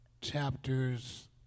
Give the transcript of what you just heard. chapters